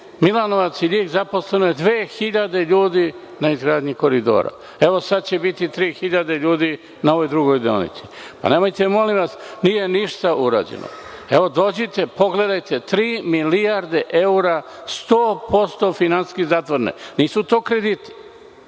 Milanovac i Ljig zaposleno je 2.000 ljudi na izgradnji koridora. Evo sada će biti 3.000 ljudi na ovoj drugoj deonici. Nemojte molim vas, nije ništa urađeno. Evo dođite, pogledajte, tri milijarde eura, sto posto finansijski zatvorene. Nisu to krediti.